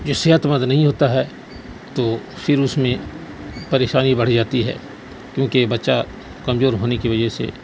جو صحت مند نہیں ہوتا ہے تو پھر اس میں پریشانی بڑھ جاتی ہے کیوںکہ بچہ کمزور ہونے کی وجہ سے